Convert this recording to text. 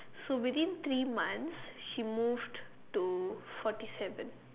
so within three months she moved to forty seven